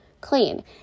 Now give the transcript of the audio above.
clean